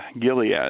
Gilead